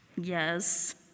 Yes